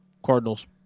cardinals